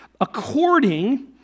according